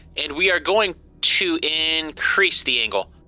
and we are going to in crease the angle.